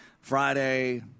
Friday